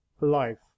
life